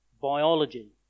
Biology